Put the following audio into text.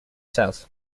south